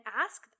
ask